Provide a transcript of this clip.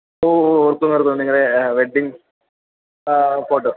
ഓ ഓ ഓ ഇപ്പോൾ ഓർക്കുന്നുണ്ട് നിങ്ങളുടെ വെഡ്ഡിംഗ് ആഹ് ഫോട്ടോ